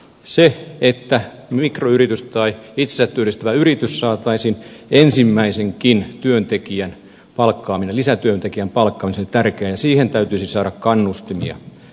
se että mikroyritys tai itsensä työllistävä yritys saataisiin ensimmäisenkin työntekijän lisätyöntekijän palkkaamiseen on tärkeää ja siihen täytyisi saada kannustimia